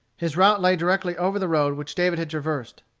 his route lay directly over the road which david had traversed.